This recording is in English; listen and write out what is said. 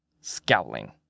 scowling